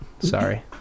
sorry